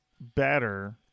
better